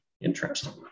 interesting